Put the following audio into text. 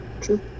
True